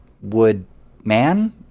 Wood-man